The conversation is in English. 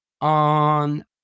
on